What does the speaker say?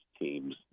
teams